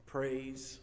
Praise